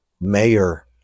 mayor